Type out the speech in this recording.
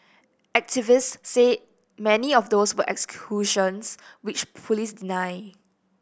activists say many of those were executions which police deny